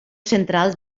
central